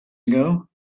ago